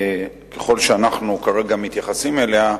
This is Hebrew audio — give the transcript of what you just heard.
ככל שאנחנו מתייחסים אליה כרגע,